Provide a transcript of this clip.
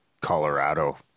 Colorado